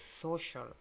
social